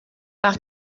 par